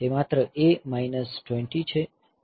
તે માત્ર A minus 20 H છે